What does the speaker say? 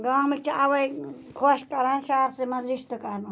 گامٕکۍ چھِ اَوے خۄش کَران شَہرسے مَنٛز رِشتہ کَرُن